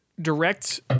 Direct